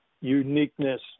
uniqueness